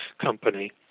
company